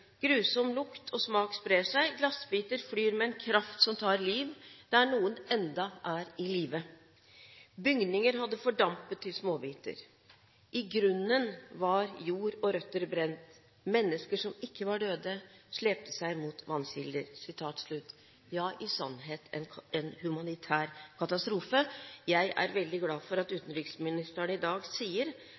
Grusom lukt og smak sprer seg. Glassbiter flyr med en kraft som tar liv der noe ennå er i live. Bygninger hadde fordampet i småbiter. Grunnen var jord og brente røtter. Mennesker som ikke var døde, slepte seg mot vannkilder. – I sannhet en humanitær katastrofe. Jeg er veldig glad for at utenriksministeren i dag sier